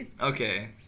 Okay